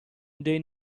they